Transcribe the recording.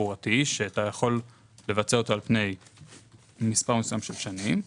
תחבורתי שאתה יכול לבצע אותו על פני מספר מסוים של שנים,